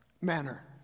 manner